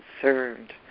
concerned